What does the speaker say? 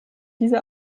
diese